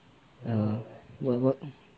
err what what